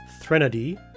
Threnody